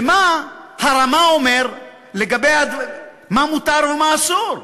ומה הרמ"א אומר על מה מותר ומה אסור.